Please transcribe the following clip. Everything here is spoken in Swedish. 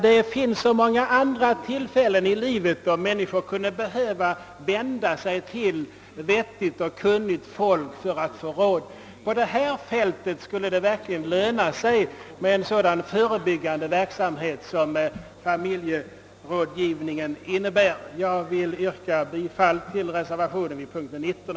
Det finns så många andra tillfällen i livet då .människor kan behöva vända sig till" klokt och kunnigt folk för att få råd. På detta fält skulle det verkligen löna sig med en sådan förebyggan bär. Jag vill, herr talman, yrka bifall till reservationen vid punkten 19.